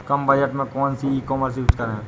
कम budget में कौन सी ई कॉमर्स यूज़ करें?